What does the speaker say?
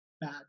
bad